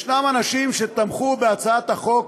יש אנשים שתמכו בהצעת החוק,